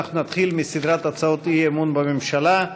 אנחנו נתחיל בסדרת הצעות אי-אמון בממשלה.